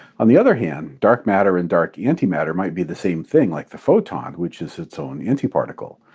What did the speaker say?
on the other hand, dark matter and dark antimatter might be the same thing like the photon, which is its own antiparticle.